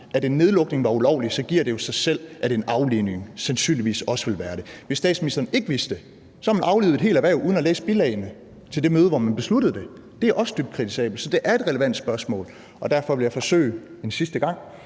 at en nedlukning var ulovlig, for så giver det jo sig selv, at en aflivning sandsynligvis også ville være det. Hvis statsministeren ikke vidste det, har man aflivet et helt erhverv uden at have læst bilagene til det møde, hvor man besluttede det, og det er også dybt kritisabelt. Så det er et relevant spørgsmål, og derfor vil jeg forsøge en sidste gang: